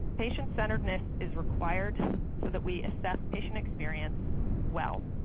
patient-centeredness is required so that we assess patient experience well.